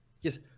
yes